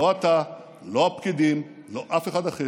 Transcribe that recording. לא אתה, לא הפקידים, לא אף אחד אחר.